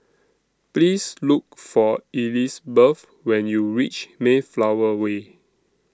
Please Look For Elizabeth when YOU REACH Mayflower Way